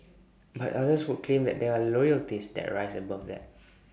but others would claim that there are loyalties that rise above that